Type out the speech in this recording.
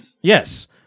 Yes